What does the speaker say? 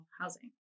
housing